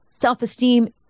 self-esteem